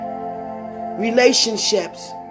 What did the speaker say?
Relationships